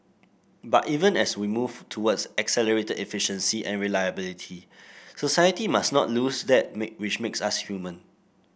but even as we move towards accelerated efficiency and reliability society must not lose that make which makes us human